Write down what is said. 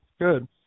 good